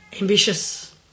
ambitious